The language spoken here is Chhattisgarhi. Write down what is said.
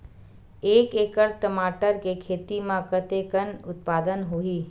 एक एकड़ टमाटर के खेती म कतेकन उत्पादन होही?